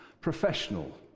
professional